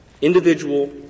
individual